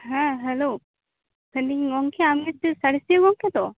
ᱦᱮᱸ ᱦᱮᱞᱳ ᱢᱮᱱᱫᱤᱧ ᱜᱚᱢᱠᱮ ᱟᱢ ᱜᱮᱥᱮ ᱥᱟᱲᱮᱥᱤᱭᱟᱹ ᱜᱚᱢᱠᱮᱛᱚ